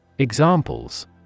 Examples